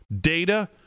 data